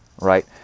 right